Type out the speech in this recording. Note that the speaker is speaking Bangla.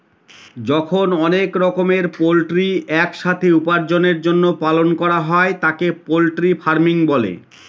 যখন অনেক রকমের পোল্ট্রি এক সাথে উপার্জনের জন্য পালন করা হয় তাকে পোল্ট্রি ফার্মিং বলে